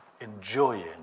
Enjoying